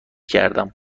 کردم